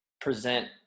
present